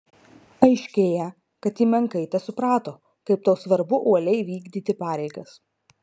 aiškėja kad ji menkai tesuprato kaip tau svarbu uoliai vykdyti pareigas